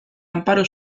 amparo